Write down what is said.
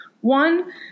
One